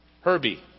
Herbie